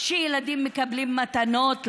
שילדים מקבלים מתנות לחג.